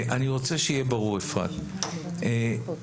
אני רוצה שיהיה ברור, אפרת, פרק